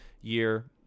year